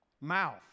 mouth